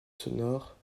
sonore